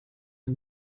den